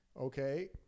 okay